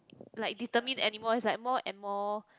like determined anymore is like more and more